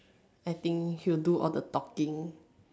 I think he'll do all the talking